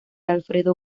alfredo